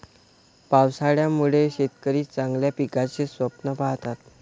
पावसाळ्यामुळे शेतकरी चांगल्या पिकाचे स्वप्न पाहतात